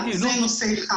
זה נושא אחד.